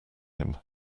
him